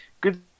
good